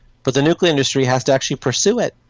but the nuclear industry has to actually pursue it.